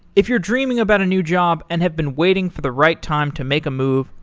if you're dreaming about a new job and have been waiting for the right time to make a move,